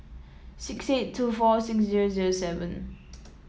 six eight two four six zero zero seven